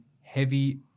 heavy